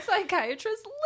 psychiatrist